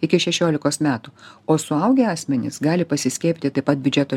iki šešiolikos metų o suaugę asmenys gali pasiskiepyti taip pat biudžeto